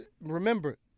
Remember